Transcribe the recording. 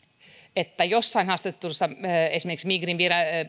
että jossain migrin